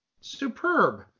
superb